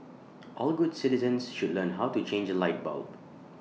all good citizens should learn how to change A light bulb